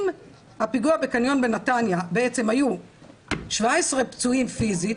אם הפיגוע בקניון בנתניה בעצם היו 17 פצועים פיזית,